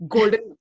Golden